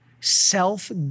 Self